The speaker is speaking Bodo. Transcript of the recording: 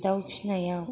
दाउ फिसिनायाव